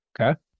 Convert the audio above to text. Okay